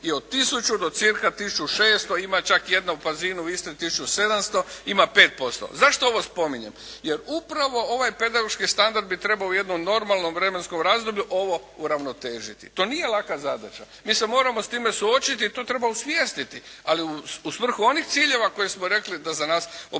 do cca tisuću i 600, ima čak jedna u Pazinu u Istri tisuću i 700 ima 5%. Zašto ovo spominjem? Jer upravo ovaj pedagoški standard bi trebao u jednom normalnom vremenskom razdoblju ovo uravnotežiti. To nije laka zadaća. Mi se moramo s time suočiti, to treba osvijestiti, ali u svrhu onih ciljeva koje smo rekli da za nas obrazovanje